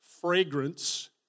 Fragrance